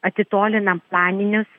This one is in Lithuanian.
atitolinam planinius